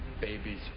babies